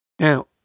Now